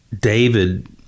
david